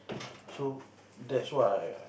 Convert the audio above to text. so that's what I